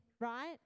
right